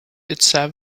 itself